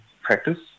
practice